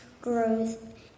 growth